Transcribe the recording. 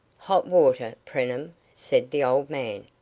hot water, preenham? said the old man.